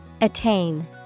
Attain